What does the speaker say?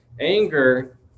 Anger